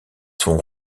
son